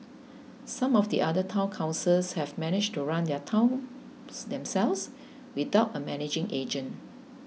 some of the other Town Councils have managed to run their towns themselves without a managing agent